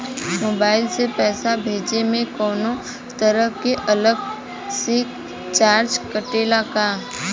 Mobile से पैसा भेजे मे कौनों तरह के अलग से चार्ज कटेला का?